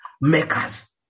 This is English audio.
makers